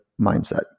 mindset